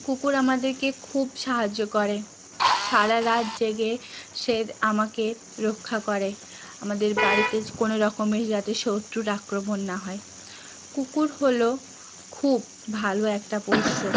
কুকুর আমাদেরকে খুব সাহায্য করে সারা রাত জেগে সে আমাকে রক্ষা করে আমাদের বাড়িতে কোনো রকমের যাতে শত্রুর আক্রমণ না হয় কুকুর হলো খুব ভালো একটা পোষ্য